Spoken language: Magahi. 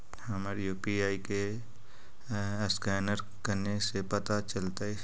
हमर यु.पी.आई के असकैनर कने से पता चलतै?